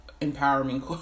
empowering